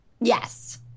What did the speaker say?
Yes